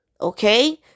okay